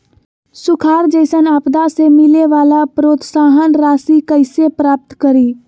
सुखार जैसन आपदा से मिले वाला प्रोत्साहन राशि कईसे प्राप्त करी?